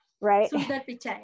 right